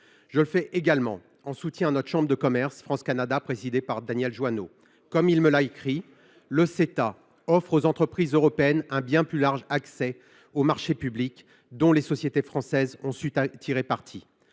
Je le fais également pour soutenir la chambre de commerce France Canada, présidée par M. Daniel Jouanneau, qui m’a écrit :« Le Ceta offre aux entreprises européennes un bien plus large accès aux marchés publics, dont les sociétés françaises ont su tirer parti.